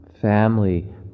family